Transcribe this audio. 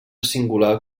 singular